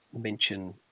mention